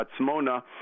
Atzmona